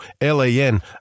L-A-N